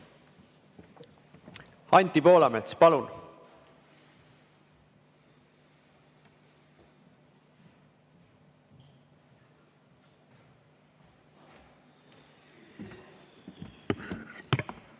Anti Poolamets, palun!